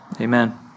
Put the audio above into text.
Amen